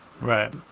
right